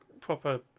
proper